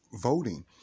voting